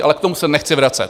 Ale k tomu se nechci vracet.